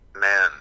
man